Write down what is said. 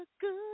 good